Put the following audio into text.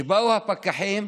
כשבאו הפקחים,